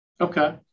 Okay